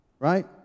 right